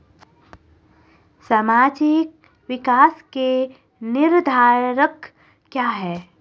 सामाजिक विकास के निर्धारक क्या है?